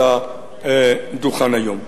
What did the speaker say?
על הדוכן היום.